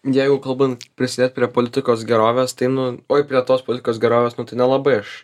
jeigu kalbant prisidėt prie politikos gerovės tai nu oi prie tos politikos grovės nu tai nelabai aš